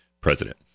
president